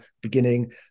beginning